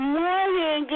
morning